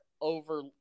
over